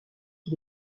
qui